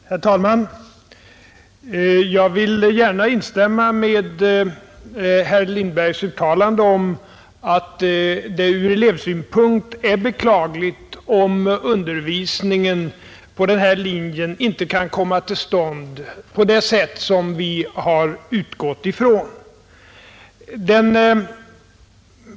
Herr talman! Jag vill gärna instämma i herr Lindbergs uttalande att det ur elevsynpunkt är beklagligt om undervisningen på skogsbrukslinjen inte kan komma till stånd på det sätt som vi har utgått ifrån.